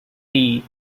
thee